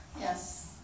Yes